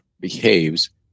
behaves